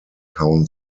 town